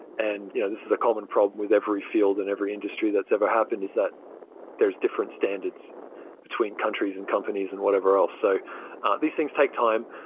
and you know this is a common problem with every field in every industry that's ever happened is that there's different standards between countries and companies and whatever else so these these things take time,